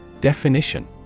Definition